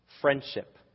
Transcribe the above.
Friendship